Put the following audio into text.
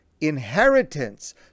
inheritance